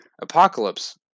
apocalypse